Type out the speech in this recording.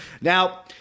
Now